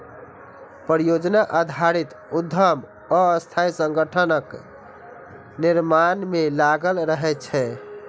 परियोजना आधारित उद्यम अस्थायी संगठनक निर्माण मे लागल रहै छै